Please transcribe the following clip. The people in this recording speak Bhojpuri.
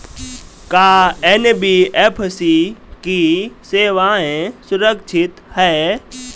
का एन.बी.एफ.सी की सेवायें सुरक्षित है?